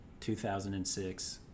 2006